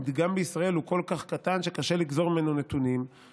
המדגם בישראל הוא כל כך קטן שקשה לגזור ממנו נתונים,